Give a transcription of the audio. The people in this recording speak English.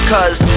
Cause